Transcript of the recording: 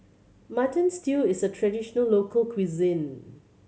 Mutton Stew is a traditional local cuisine